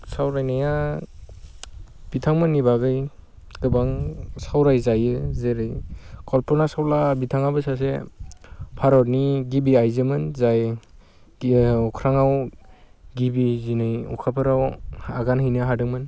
सावरायनाया बिथांमोननि बागै गोबां सावरायजायो जेरै कल्पना चावला बिथाङाबो सासे भारतनि गिबि आयजोमोन जाय अख्राङाव गिबि गिबियै अखाफोराव आगान हैनो हादोंमोन